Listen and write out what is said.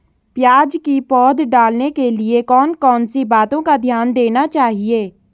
प्याज़ की पौध डालने के लिए कौन कौन सी बातों का ध्यान देना चाहिए?